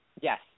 Yes